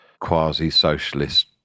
quasi-socialist